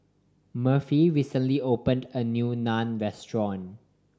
Murphy recently opened a new Naan Restaurant